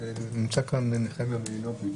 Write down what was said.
נמצא כאן נחמיה מלינוביץ.